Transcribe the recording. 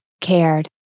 cared